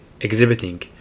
exhibiting